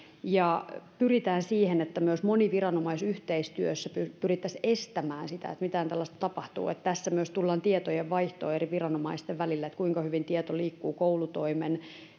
pyritään siihen että myös moniviranomaisyhteistyössä pyrittäisiin estämään sitä että mitään tällaista tapahtuu tässä myös tullaan tietojenvaihtoon eri viranomaisten välillä kuinka hyvin tieto liikkuu koulutoimen